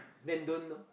then don't lor